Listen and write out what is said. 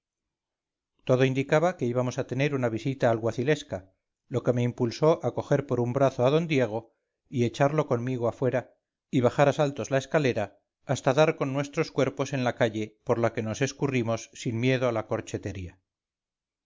todo indicaba que íbamos a tener una visita alguacilesca lo que me impulsó a coger por un brazo a d diego y echarlo conmigo afuera y bajar a saltos la escalerahasta dar con nuestros cuerpos en la calle por la que nos escurrimos sin miedo a la corchetería